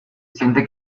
siente